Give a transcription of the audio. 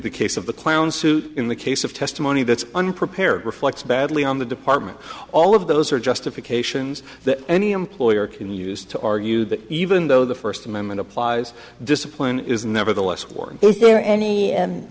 the case of the clown suit in the case of testimony that's unprepared reflects badly on the department all of those are justifications that any employer can use to argue that even though the first amendment applies discipline is nevertheless